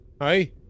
Hi